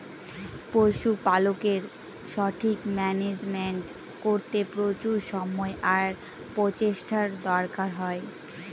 পশুপালকের সঠিক মান্যাজমেন্ট করতে প্রচুর সময় আর প্রচেষ্টার দরকার হয়